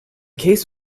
case